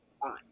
Fine